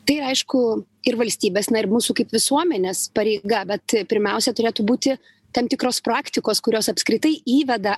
tai ir aišku ir valstybės na ir mūsų kaip visuomenės pareiga bet pirmiausia turėtų būti tam tikros praktikos kurios apskritai įveda